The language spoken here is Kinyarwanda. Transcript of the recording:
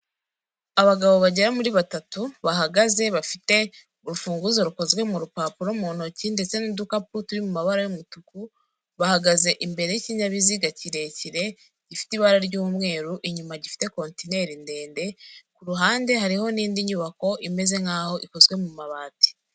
Abagabo bagera muri batatu bahagaze bafite urufunguzo rukozwe mu rupapuro mu ntoki ndetse n'udukapu turi mu mabara y'umutuku, bahagaze imbere y'ikinyabiziga kirekire gifite ibara ry'umweru inyuma gifite kontineri ndende, ku ruhande hariho n'indi nyubako imeze nkaho ikozwe mu mabati.